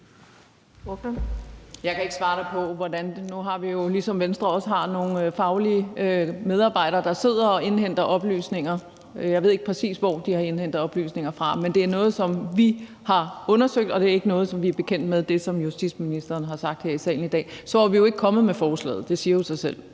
Brigitte Klintskov Jerkel (KF): Nu har vi jo, ligesom Venstre også har, nogle faglige medarbejdere, der sidder og indhenter oplysninger. Jeg ved ikke, præcis hvor de har indhentet oplysninger fra, men det er noget, som vi har undersøgt, og det, som justitsministeren har sagt her i salen i dag, er ikke noget, som vi er bekendt med. Så var vi jo ikke kommet med forslaget. Det siger sig selv.